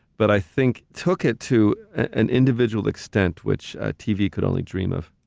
but i think took it to an individual extent which tv could only dream of.